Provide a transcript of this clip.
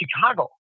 Chicago